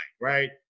right